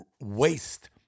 waste